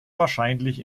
wahrscheinlich